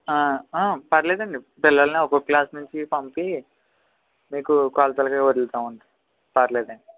పర్వాలేదండి పిల్లల్ని ఒక్కొక్క క్లాస్ నుంచి పంపి మీకు కొలతలకి వదులుతూ ఉంటాము పర్లేర్వాలేదండి